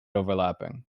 overlapping